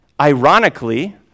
ironically